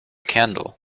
candle